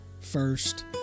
first